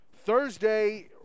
thursday